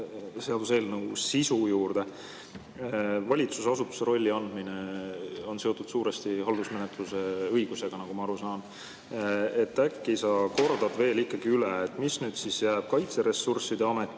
seaduseelnõu sisu juurde. Valitsusasutuse rolli andmine on seotud suuresti haldusmenetluse õigusega, nagu ma aru saan. Äkki sa kordad veel üle, mis nüüd jääb Kaitseressursside Ametile